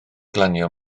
glanio